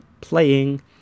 playing